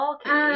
Okay